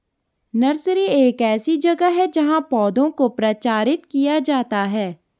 nursery एक ऐसी जगह है जहां पौधों को प्रचारित किया जाता है